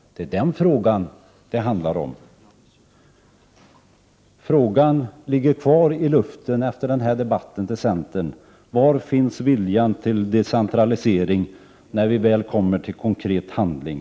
Det är den fråga det handlar om. Frågan till centern ligger kvar i luften efter den här debatten: Var finns viljan till decentralisering när vi väl kommer till konkret behandling?